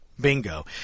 Bingo